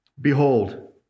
Behold